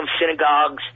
synagogues